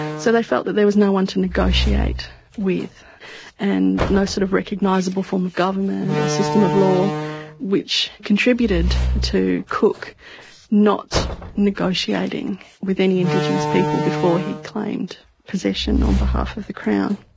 so they felt that there was no one to negotiate with and no sort of recognisable form of government and or system of law which contributed to cook not negotiating with any indigenous people before he claimed possession on behalf of the crown.